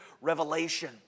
revelation